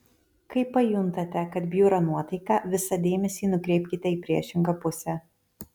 kai pajuntate kad bjūra nuotaika visą dėmesį nukreipkite į priešingą pusę